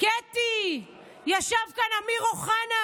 קטי, ישב כאן אמיר אוחנה,